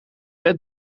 wet